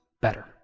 better